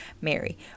Mary